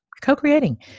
Co-creating